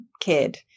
kid